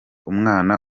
umwana